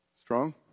Strong